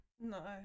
No